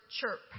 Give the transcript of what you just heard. chirp